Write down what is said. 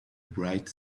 bright